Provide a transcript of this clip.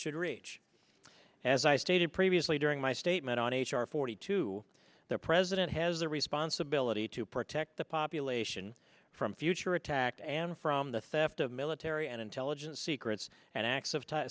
should reach as i stated previously during my statement on h r forty two the president has a responsibility to protect the population from future attack and from the theft of military and intelligence secrets and acts of t